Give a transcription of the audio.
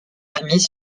amis